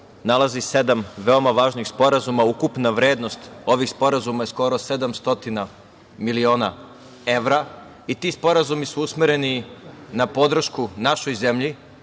nalazi sedam veoma važnih sporazuma. Ukupna vrednost ovih sporazuma je skoro 700 miliona evra. Ti sporazumi su usmereni na podršku našoj zemlji